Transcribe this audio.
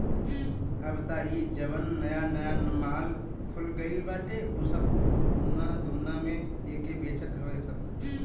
अब तअ इ जवन नया नया माल खुल गईल बाटे उ सब उना दूना में एके बेचत हवे सब